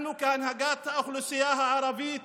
אנחנו כהנהגת האוכלוסייה הערבית